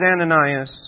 Ananias